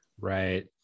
Right